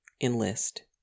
enlist